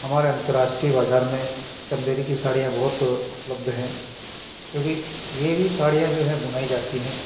हमारे अंतर्राष्ट्रीय बाज़ार में चंदेरी की साड़ियाँ बहुत उपलब्ध हैं क्योंकि ये भी साड़ियाँ जो हैं बुनाई जाती हैं